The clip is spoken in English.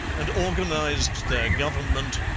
and organized their government,